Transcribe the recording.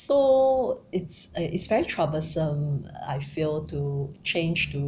so it's uh it's very troublesome I feel to change to